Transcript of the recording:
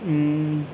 उम